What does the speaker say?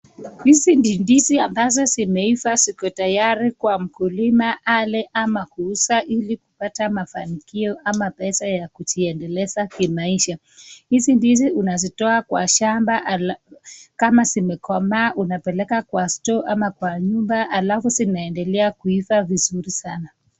Hizi ni ndizi ambazo zimeifaa ziko tayari kwa mkulima ale ama kuuza hili kupata mafanilio ama pesa ya kujiendeleza kimaisha , hizi ndizi unazitoa kwa shamba alfu ka zimekoma aunapeleka kwa stoo ama kwa nyumba alfu zinaendelea kuifaa mzuri.